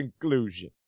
conclusion